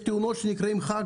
יש תאונות שנקראות ח"כ,